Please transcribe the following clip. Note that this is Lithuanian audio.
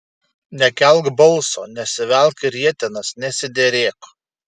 nekelk balso nesivelk į rietenas nesiderėk